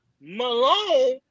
Malone